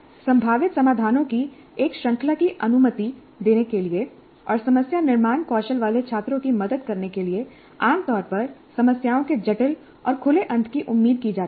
संभावित समाधानों की एक श्रृंखला की अनुमति देने के लिए और समस्या निर्माण कौशल वाले छात्रों की मदद करने के लिए आम तौर पर समस्याओं के जटिल और खुले अंत की उम्मीद की जाती है